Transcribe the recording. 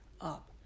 up